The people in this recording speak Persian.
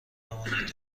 بمانید